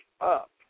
up